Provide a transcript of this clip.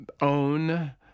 own